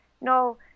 no